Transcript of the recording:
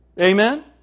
Amen